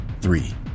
Three